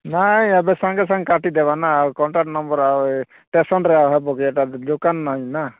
ନାହିଁ ଏବେ ସାଙ୍ଗେ ସାଙ୍ଗେ କାଟି ଦେବା ନା ଆଉ କଣ୍ଟାକ୍ଟ ନମ୍ବର୍ ଆଉ ଏ ଷ୍ଟେସନ୍ରେ ଆଉ ହେବ କି ଏଇଟା ଦୋକାନ ନାହିଁ ନା